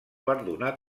perdonar